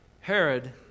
Herod